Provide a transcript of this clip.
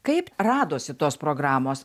kaip radosi tos programos